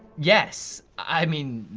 yes! i mean,